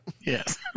Yes